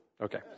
Okay